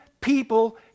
people